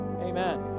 Amen